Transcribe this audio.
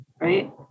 right